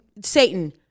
Satan